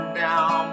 down